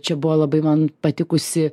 čia buvo labai man patikusi